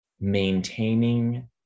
maintaining